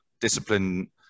discipline